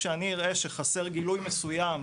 כשאני אראה שחסר גילוי מסוים,